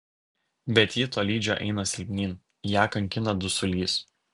bet ji tolydžio eina silpnyn ją kankina dusulys